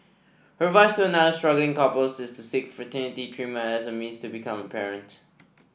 her advice to other struggling couples is to seek fertility treatment as a means to becoming a parent